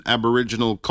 Aboriginal